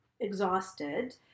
exhausted